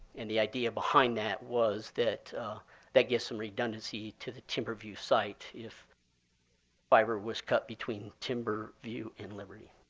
and the idea behind that was that that gives some redundancy to the timberview site if fiber was cut between timberview and liberty.